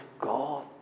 God